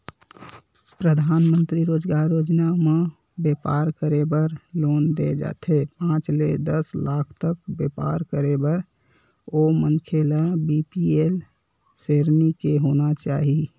परधानमंतरी रोजगार योजना म बेपार करे बर लोन दे जाथे पांच ले दस लाख तक बेपार करे बर ओ मनखे ल बीपीएल सरेनी के होना चाही